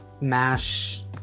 mash